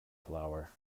flower